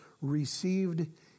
received